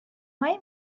های